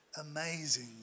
amazing